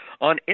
on